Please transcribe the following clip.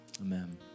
Amen